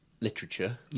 literature